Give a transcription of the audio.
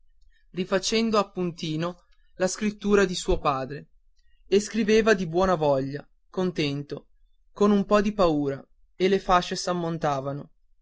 rifacendo appuntino la scrittura di suo padre e scriveva di buona voglia contento con un po di paura e le fasce s'ammontavano